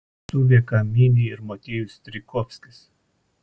suvieką mini ir motiejus strijkovskis